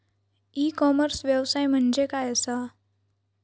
E commerce व्यवसाय म्हणजे काय असा?